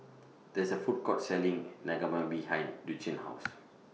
There IS A Food Court Selling Naengmyeon behind Lucian's House